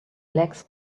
legs